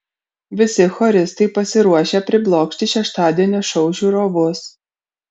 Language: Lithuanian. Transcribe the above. visi choristai pasiruošę priblokšti šeštadienio šou žiūrovus